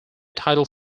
title